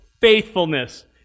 faithfulness